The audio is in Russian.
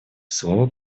слово